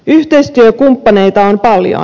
yhteistyökumppaneita on paljon